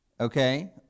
okay